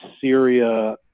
Syria